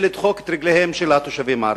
לדחוק את רגליהם של התושבים הערבים,